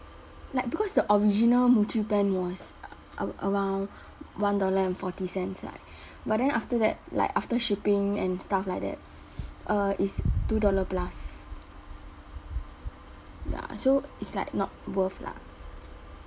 like because the original muji pen was a~ ar~ around one dollar and forty cents right but then after that like after shipping and stuff like that err it's two dollar plus ya so it's like not worth lah